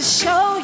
show